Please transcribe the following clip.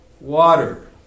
water